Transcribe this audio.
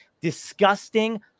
disgusting